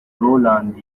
rowland